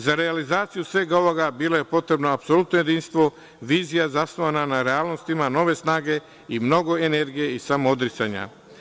Za realizaciju svega ovoga bilo je potrebno apsolutno jedinstvo, vizija zasnovana na realnostima, nove snage i mnogo energije i samoodricanja.